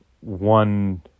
one